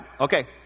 Okay